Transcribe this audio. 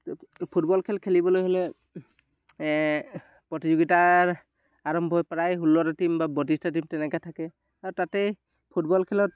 football খেল খেলিবলৈ হ'লে প্ৰতিযোগিতাৰ আৰম্ভ হয় প্ৰায় ষোল্লটা টিম বা বত্ৰিছটা টিম তেনেকৈ থাকে আৰু তাতেই ফুটবল খেলত